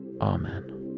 Amen